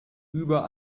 über